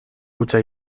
hutsa